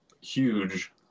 huge